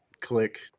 click